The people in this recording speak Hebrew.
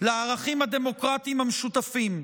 לערכים הדמוקרטיים המשותפים.